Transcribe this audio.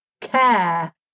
care